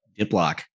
Diplock